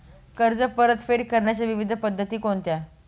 कर्ज परतफेड करण्याच्या विविध पद्धती कोणत्या?